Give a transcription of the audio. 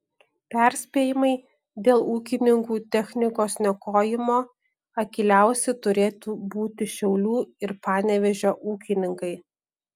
perspėjimai dėl ūkininkų technikos niokojimo akyliausi turėtų būti šiaulių ir panevėžio ūkininkai